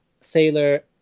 Sailor